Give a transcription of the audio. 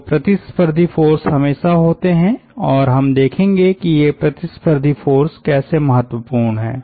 तो प्रतिस्पर्धी फ़ोर्स हमेशा होते हैं और हम देखेंगे कि ये प्रतिस्पर्धी फ़ोर्स कैसे महत्वपूर्ण हैं